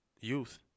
youth